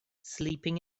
sleeping